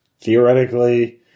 theoretically